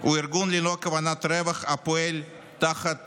הוא ארגון ללא כוונת רווח הפועל תחת